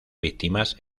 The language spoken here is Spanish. víctimas